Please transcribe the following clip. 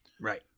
Right